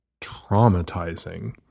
traumatizing